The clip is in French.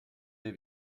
des